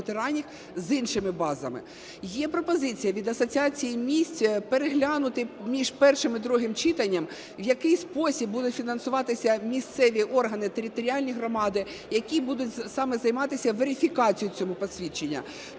з іншими базами. Є пропозиція від Асоціації міст переглянути між першим та другим читанням, в який спосіб будуть фінансуватися місцеві органи, територіальні громади, які будуть саме займатися верифікацією цього посвідчення.